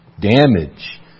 damage